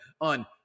on